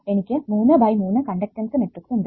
എനിക്ക് 3 by 3 conductance matrix ഉണ്ട്